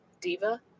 Diva